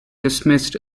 dismissed